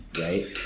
right